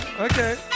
Okay